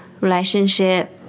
relationship